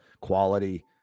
quality